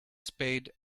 spade